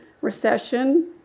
recession